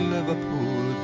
Liverpool